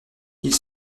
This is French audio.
ils